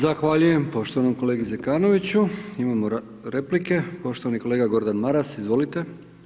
Zahvaljujem poštovanom kolegi Zekanoviću, imamo replike poštovani kolega Gordan Maras, izvolite.